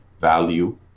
value